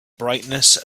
brightness